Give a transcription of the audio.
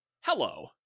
hello